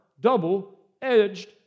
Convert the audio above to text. double-edged